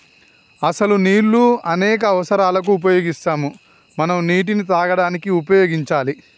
అసలు నీళ్ళు అనేక అవసరాలకు ఉపయోగిస్తాము మనం నీటిని తాగడానికి ఉపయోగించాలి